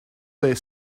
their